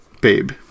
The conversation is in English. Babe